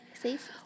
safe